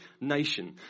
nation